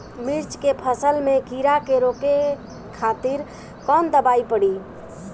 मिर्च के फसल में कीड़ा के रोके खातिर कौन दवाई पड़ी?